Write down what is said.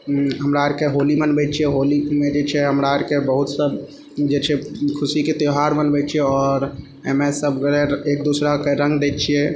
हमरा अरके होली मनबै छियै होलीमे जे छै हमरा अरके बहुत सब जे छै खुशीके त्यौहार मनबै छियै आओर अइमे सब गोटे एक दूसराके रङ्ग दै छियै